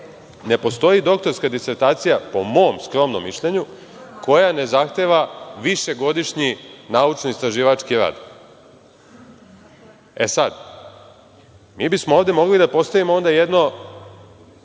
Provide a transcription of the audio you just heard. ne postoji doktorska disertacija, po mom skromnom mišljenju, koja ne zahteva višegodišnji naučno-istraživački rad. Mi bismo ovde mogli da postavimo jedno